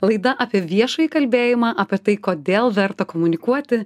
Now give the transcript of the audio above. laida apie viešąjį kalbėjimą apie tai kodėl verta komunikuoti